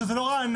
שזו לא רעננה,